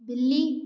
बिल्ली